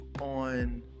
on